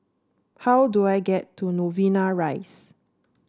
how do I get to Novena Rise